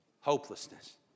hopelessness